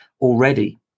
already